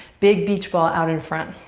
big beach ball out in front.